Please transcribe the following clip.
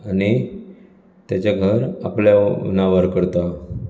आनीक तेचें घर आपल्या नांवार करता